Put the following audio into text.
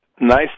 Nice